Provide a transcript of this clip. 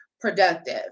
productive